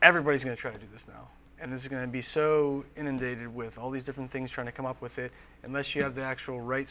everybody's going to try to do this now and it's going to be so inundated with all these different things trying to come up with it unless you have the actual r